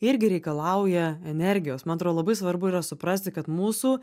irgi reikalauja energijos man atrodo labai svarbu yra suprasti kad mūsų